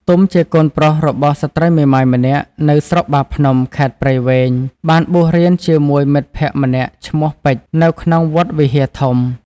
ទុំជាកូនប្រុសរបស់ស្រ្តីមេម៉ាយម្នាក់នៅស្រុកបាភ្នំ ខេត្តព្រៃវែង បានបួសរៀនជាមួយមិត្តភក្តិម្នាក់ឈ្មោះ ពេជ្រនៅក្នុងវត្តវិហារធំ។